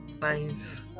Nice